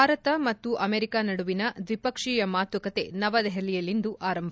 ಭಾರತ ಮತ್ತು ಅಮೆರಿಕ ನಡುವಿನ ದ್ವಿಪಕ್ಷೀಯ ಮಾತುಕತೆ ನವದೆಹಲಿಯಲ್ಲಿಂದು ಆರಂಭ